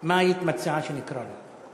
איך היית מציעה שנקרא לו?